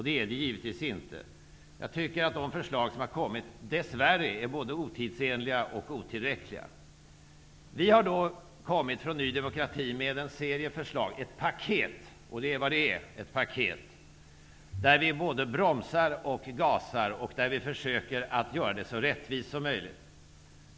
Det är det givetvis inte. Jag tycker att de förslag som har framkommit dess värre är både otidsenliga och otillräckliga. Vi i Ny demokrati har lämnat en serie förslag, ett paket -- just ett paket är det, där vi både bromsar och gasar. Och vi försöker att göra det så rättvist som möjligt.